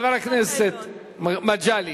חבר הכנסת מגלי,